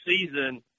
season –